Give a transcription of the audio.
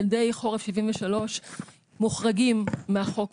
ילדי חורף 73' מוחרגים מהחוק,